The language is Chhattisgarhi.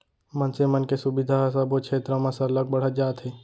मनसे मन के सुबिधा ह सबो छेत्र म सरलग बढ़त जात हे